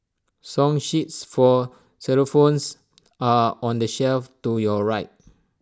song sheets for xylophones are on the shelf to your right